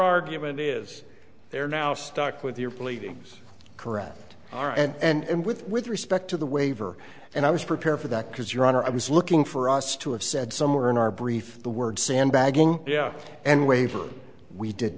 argument is there now stuck with your pleadings correct all right and with with respect to the waiver and i was prepared for that because your honor i was looking for us to have said somewhere in our brief the word sandbagging yeah and waiver we did